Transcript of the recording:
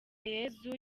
yesu